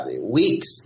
weeks